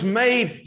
made